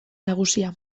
nagusia